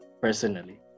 personally